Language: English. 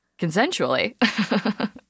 consensually